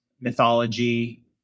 mythology